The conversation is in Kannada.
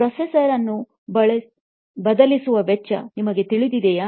ಪ್ರೊಸೆಸರ್ ಅನ್ನು ಬದಲಿಸುವ ವೆಚ್ಚ ನಿಮಗೆ ತಿಳಿದಿದೆಯೇ